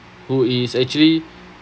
who is actually